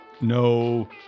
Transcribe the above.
no